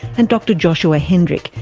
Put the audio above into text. and dr joshua hendrick,